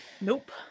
Nope